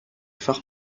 phare